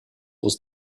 was